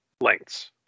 lengths